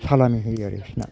सालामि होयो आरो बिसोरना